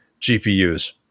GPUs